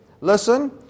listen